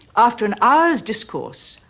after an hour's discourse,